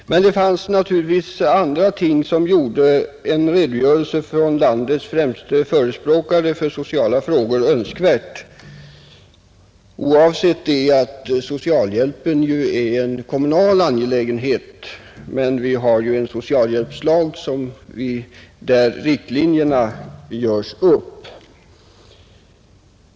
Men det fanns naturligtvis andra ting som gjorde en redogörelse från landets främste förespråkare för sociala frågor önskvärd. Socialhjälpen är visserligen en kommunal angelägenhet, men vi har ju en socialhjälpslag där riktlinjerna dras upp.